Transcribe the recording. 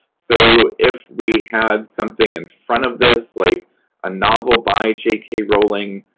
so if we had something in front of this, like a novel by j k. rowling,